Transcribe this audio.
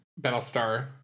Battlestar